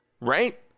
Right